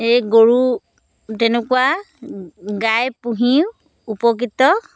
এই গৰু তেনেকুৱা গাই পুহিও উপকৃত